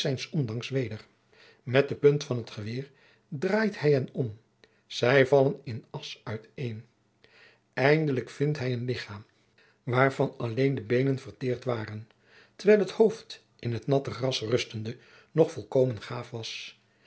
ondanks weder met de punt van t geweer draait hij hen om zij vallen in asch uiteen eindelijk vindt hij een ligchaam waarvan alleen de beenen verteerd waren terwijl het hoofd in t natte gras rustende nog volkomen gaaf was